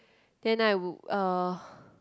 then I would uh